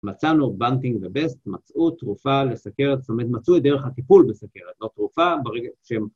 מצאנו בנטינג בבסט, מצאו, תרופה לסכרת, זאת אומרת מצאו את דרך הטיפול בסכרת, לא תרופה ברגע שהם...